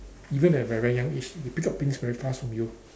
even at a very young they pick up things very fast from you